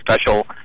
special